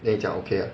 then 你讲 okay lah